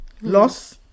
loss